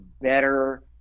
better